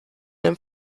them